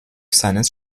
seines